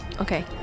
Okay